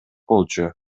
болчу